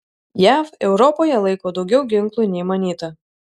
jav europoje laiko daugiau ginklų nei manyta